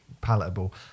palatable